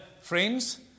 friends